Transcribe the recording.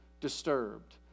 disturbed